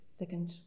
second